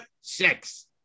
six